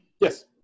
Yes